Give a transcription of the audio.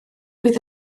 fydd